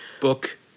book